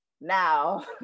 Now